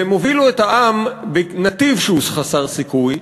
והם הובילו את העם בנתיב שהוא חסר סיכוי,